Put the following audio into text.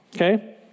okay